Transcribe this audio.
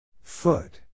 Foot